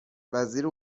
وزیر